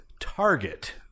Target